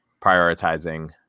prioritizing